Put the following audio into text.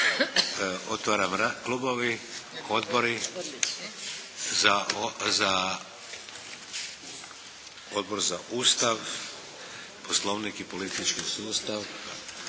Hvala. Klubovi, odbori. Odbor za Ustav, Poslovnik i politički sustav